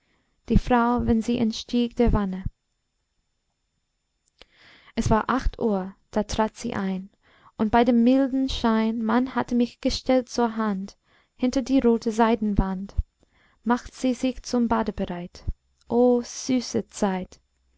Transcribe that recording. die frau wenn sie entstieg der wanne es war acht uhr da trat sie ein und bei dem milden schein man hatte mich gestellt zur hand hinter die rote seidenwand macht sie sich zum bade bereit o süße zeit